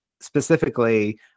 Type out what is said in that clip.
specifically